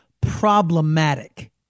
problematic